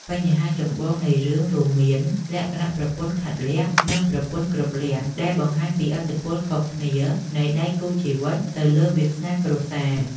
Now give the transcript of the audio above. បញ្ហាចម្បងនៃរឿងរួមមានលក្ខណៈប្រពន្ធខាតលក្ខណ៍ និងប្រពន្ធគ្រប់លក្ខណ៍ ដែលបង្ហាញពីឥទ្ធិពលខុសគ្នានៃដៃគូជីវិតទៅលើវាសនាគ្រួសារ។